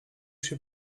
się